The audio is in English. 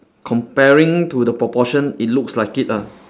comparing to the proportion it looks like it ah